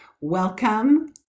Welcome